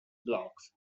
blocks